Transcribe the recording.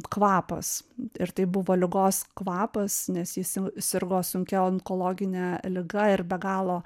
kvapas ir tai buvo ligos kvapas nes ji sirgo sunkia onkologine liga ir be galo